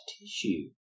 tissue